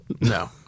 No